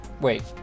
Wait